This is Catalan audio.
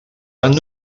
van